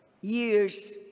years